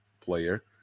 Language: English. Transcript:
player